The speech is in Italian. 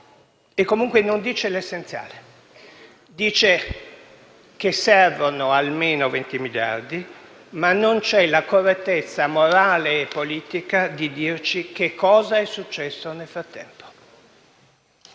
e comunque non dice l'essenziale. Dice che servono almeno 20 miliardi, ma non c'è la correttezza morale e politica di dirci che cosa è successo nel frattempo.